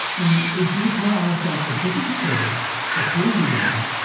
and if we tell ourselves a different story of who we are,